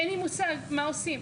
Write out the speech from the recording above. אין לי מושג מה עושים,